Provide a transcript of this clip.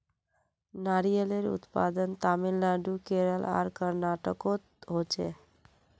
नारियलेर उत्पादन तामिलनाडू केरल आर कर्नाटकोत होछे